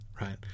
right